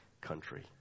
country